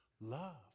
love